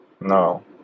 No